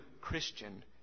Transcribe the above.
Christian